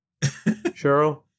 Cheryl